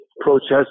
protest